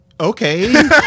Okay